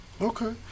Okay